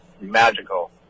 magical